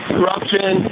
Corruption